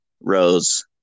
rows